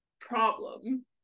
problem